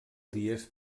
dies